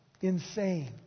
Insane